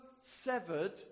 severed